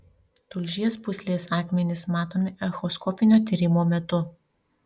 tulžies pūslės akmenys matomi echoskopinio tyrimo metu